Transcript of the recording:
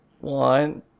One